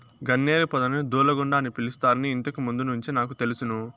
గన్నేరు పొదని దూలగుండ అని పిలుస్తారని ఇంతకు ముందు నుంచే నాకు తెలుసును